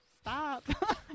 stop